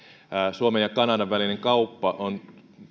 suomen ja kanadan välinen kauppa on